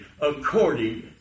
according